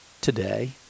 today